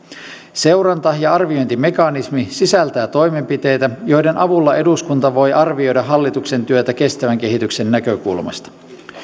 seuranta ja arviointimekanismi sisältää toimenpiteitä joiden avulla eduskunta voi arvioida hallituksen työtä kestävän kehityksen näkökulmasta